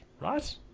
right